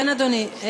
כן, אדוני.